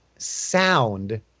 Sound